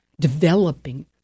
developing